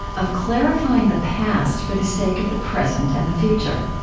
of clarifying the past for the sake of the present and the future.